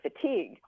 fatigue